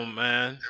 man